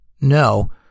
no